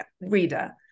reader